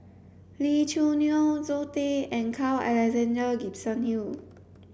Lee Choo Neo Zoe Tay and Carl Alexander Gibson Hill